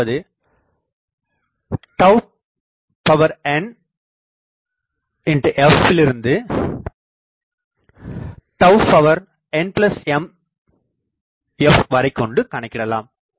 அதாவது nf லிருந்து nm f வரை கொண்டு கணக்கிடலாம்